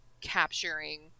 capturing